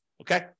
Okay